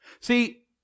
See